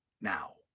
now